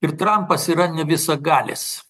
ir trampas yra ne visagalis